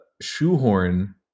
shoehorn